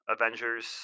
avengers